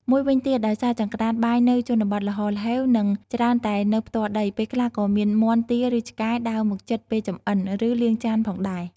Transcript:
មួយវិញទៀត ដោយសារចង្ក្រានបាយនៅជនបទល្ហល្ហេវ និងច្រើនតែនៅផ្ទាល់ដី ពេលខ្លះក៏មានមាន់ ទា ឬ ឆ្កែដើរមកជិតពេលចម្អិន ឬលាងចានផងដែរ។